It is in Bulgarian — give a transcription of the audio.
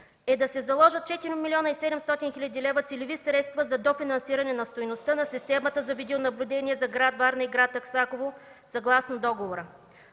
е да се заложат 4 млн. 700 хил. лв. целеви средства за дофинансиране на стойността на системата за видеонаблюдение за град Варна и град Аксаково, съгласно договора.